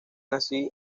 así